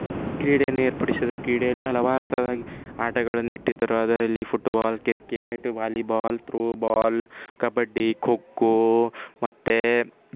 ಕ್ರೀಡೆಯನ್ನು ಏರ್ಪಡಿಸಿದರು ಕ್ರೀಡೆಯಲ್ಲಿ ಹಲವಾರು ಥರ ಆಟಗಳನ್ನು ಇಟ್ಟಿದ್ದರು ಅದರಲ್ಲಿ football cricket volleyball throwball kabaddi kho kho ಮತ್ತೆ